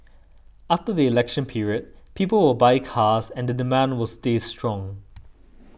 after the election period people will buy cars and the demand will stay strong